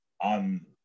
on